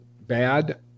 bad